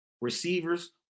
receivers